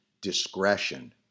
discretion